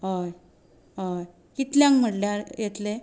हय हय कितल्याक म्हणल्यार येतले